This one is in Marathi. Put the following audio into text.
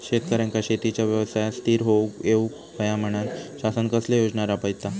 शेतकऱ्यांका शेतीच्या व्यवसायात स्थिर होवुक येऊक होया म्हणान शासन कसले योजना राबयता?